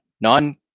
non